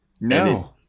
No